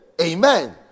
Amen